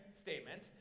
statement